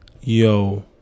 Yo